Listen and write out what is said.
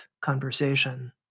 conversation